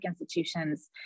institutions